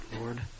Lord